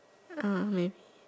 uh maybe